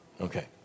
Okay